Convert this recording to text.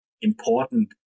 important